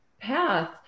path